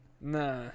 Nah